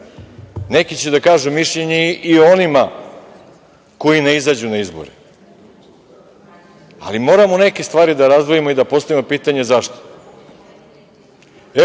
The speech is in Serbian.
Neki da kažu mišljenje i o onima koji ne izađu na izbore, ali moramo neke stvari da razdvojimo i da postavimo pitanje zašto. Jedan